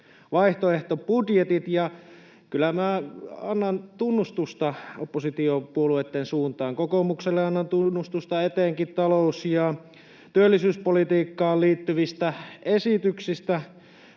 vaihtoehtobudjetit, ja kyllä minä annan tunnustusta oppositiopuolueitten suuntaan. Kokoomukselle annan tunnustusta etenkin talous‑ ja työllisyyspolitiikkaan liittyvistä esityksistä.